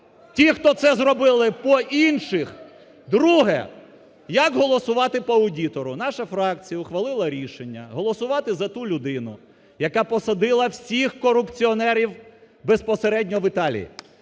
ті, хто це зробили по інших. Друге, як голосувати по аудитору? Наша фракція ухвалила рішення голосувати за ту людину, яка посадила всіх корупціонерів безпосередньо в Італії.